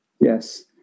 Yes